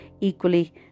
Equally